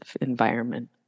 environment